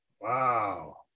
Wow